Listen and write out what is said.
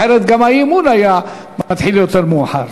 אחרת גם האי-אמון היה מתחיל יותר מאוחר.